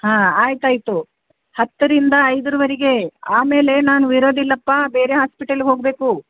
ಹಾಂ ಆಯ್ತಾಯ್ತು ಹತ್ತರಿಂದ ಐದರವರೆಗೆ ಆಮೇಲೆ ನಾನು ಇರೋದಿಲ್ಲಪ್ಪಾ ಬೇರೆ ಹಾಸ್ಪಿಟಲ್ಗೆ ಹೋಗಬೇಕು